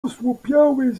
osłupiały